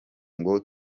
ngo